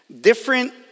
different